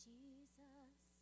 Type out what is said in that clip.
Jesus